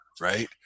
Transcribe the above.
right